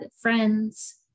friends